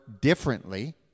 differently